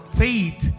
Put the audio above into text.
faith